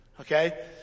Okay